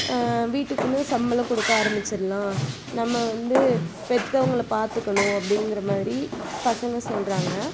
வீட்டுக்குன்னு சம்பளம் கொடுக்க ஆரமிச்சுருலாம் நம்ம வந்து பெத்தவங்கள பார்த்துக்கணும் அப்படின்ங்கிற மாதிரி பசங்க சொல்லுறாங்க